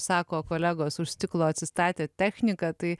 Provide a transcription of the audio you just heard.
sako kolegos už stiklo atsistatė technika tai